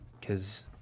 because-